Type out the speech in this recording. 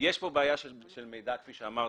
יש פה בעיה של מידע, כפי שאמרת,